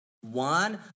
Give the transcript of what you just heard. one